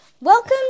Welcome